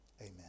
Amen